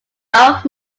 borough